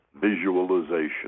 visualization